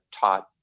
taught